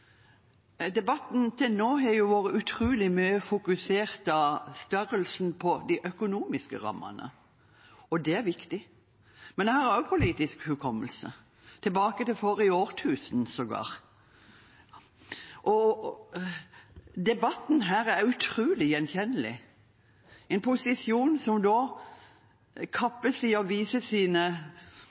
Debatten til nå har fokusert utrolig mye på størrelsen på de økonomiske rammene, og det er viktig. Men jeg har politisk hukommelse – tilbake til forrige årtusen, sågar – og debatten her er utrolig gjenkjennelig: en posisjon som kappes i å vise sine